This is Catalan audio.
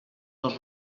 dos